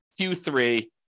Q3